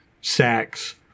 sacks